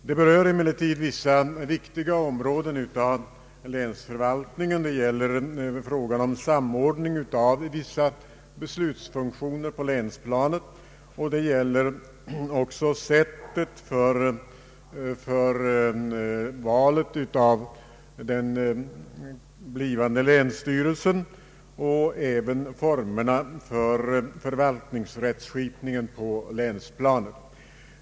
Det berör emellertid vissa viktiga områden av länsförvaltningen — frågan om samordning av vissa beslutsfunktioner på länsplanet, sättet för valet av den blivande länsstyrelsen och även formerna för förvaltningsrättsskipningen på länsplanet.